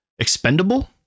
expendable